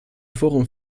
forum